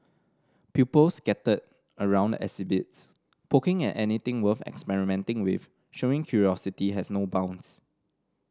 pupils scattered around the exhibits poking at anything worth experimenting with showing curiosity has no bounds